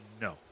No